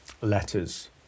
letters